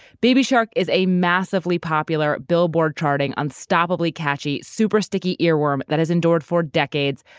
baby shark is a massively popular, billboard-charting, unstoppably catchy, super-sticky earworm that has endured for decades,